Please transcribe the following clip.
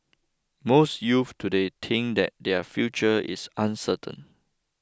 most youths today think that their future is uncertain